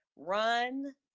Run